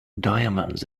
diamonds